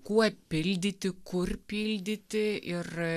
kuo pildyti kur pildyti ir